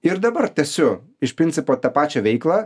ir dabar tęsiu iš principo tą pačią veiklą